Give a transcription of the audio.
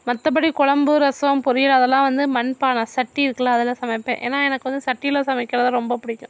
மற்றபடி குழம்பு ரசம் பொரியல் அதல்லாம் வந்து மண்பானை சட்டி இருக்குல அதில் சமைப்பேன் ஏன்னா எனக்கு வந்து சட்டியில் சமைக்கிறதுதான் ரொம்ப பிடிக்கும்